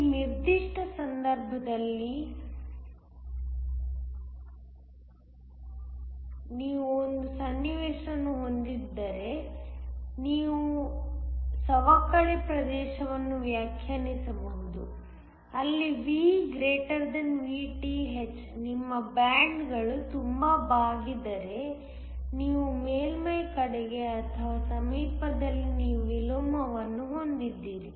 ಈ ನಿರ್ದಿಷ್ಟ ಸಂದರ್ಭದಲ್ಲಿ ತ್ತೇವೆ ಆದ್ದರಿಂದ ನೀವು ಒಂದು ಸನ್ನಿವೇಶವನ್ನು ಹೊಂದಿದ್ದರೆ ನೀವು ಸವಕಳಿ ಪ್ರದೇಶವನ್ನು ವ್ಯಾಖ್ಯಾನಿಸಬಹುದು ಅಲ್ಲಿ V Vth ನಿಮ್ಮ ಬ್ಯಾಂಡ್ ಗಳು ತುಂಬಾ ಬಾಗಿದರೆ ನೀವು ಮೇಲ್ಮೈ ಕಡೆಗೆ ಅಥವಾ ಸಮೀಪದಲ್ಲಿ ನೀವು ವಿಲೋಮವನ್ನು ಹೊಂದಿದ್ದೀರಿ